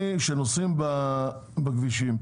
כשנוסעים בכבישים,